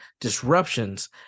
disruptions